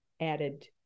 added